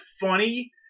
funny